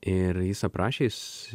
ir jis aprašė jis